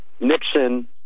Nixon